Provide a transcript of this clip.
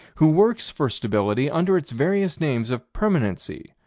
who works for stability under its various names of permanency,